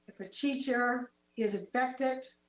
if a teacher is effected,